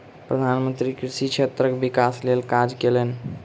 प्रधान मंत्री कृषि क्षेत्रक विकासक लेल काज कयलैन